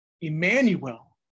Emmanuel